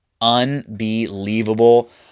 Unbelievable